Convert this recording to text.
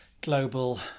global